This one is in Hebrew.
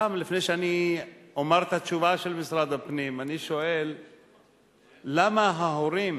סתם לפני שאני אומר את התשובה של משרד הפנים: למה ההורים